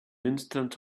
instant